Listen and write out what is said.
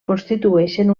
constitueixen